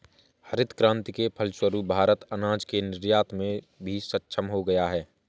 हरित क्रांति के फलस्वरूप भारत अनाज के निर्यात में भी सक्षम हो गया